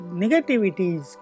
negativities